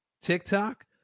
TikTok